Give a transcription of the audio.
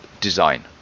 design